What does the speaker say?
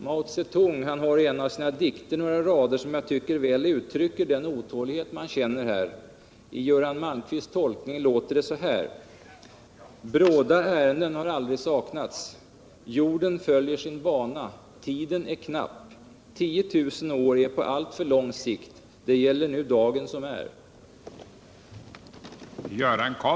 Mao Tse-tung har i en av sina dikter några rader som jag tycker väl uttrycker den otålighet man här känner. I Göran Malmkvists tolkning låter de så här: har aldrig saknats. Jorden följer sin bana. Tiden är knapp. Tiotusen år är på alltför lång sikt, det gäller nu dagen som är.